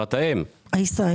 לחברת האם הישראלית.